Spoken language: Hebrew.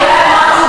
בעיני החוק.